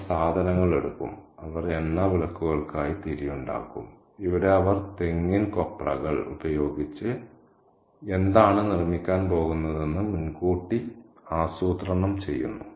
അവർ സാധനങ്ങൾ എടുക്കും അവർ എണ്ണ വിളക്കുകൾക്കായി തിരി ഉണ്ടാക്കും ഇവിടെ അവർ തെങ്ങിൻ കൊപ്രകൾ ഉപയോഗിച്ച് എന്താണ് നിർമ്മിക്കാൻ പോകുന്നതെന്ന് മുൻകൂട്ടി ആസൂത്രണം ചെയ്യുന്നു